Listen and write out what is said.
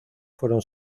fueron